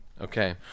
Okay